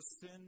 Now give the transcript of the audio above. sin